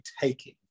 taking